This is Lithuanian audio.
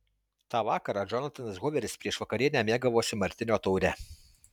tą vakarą džonatanas huveris prieš vakarienę mėgavosi martinio taure